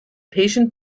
patient